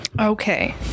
Okay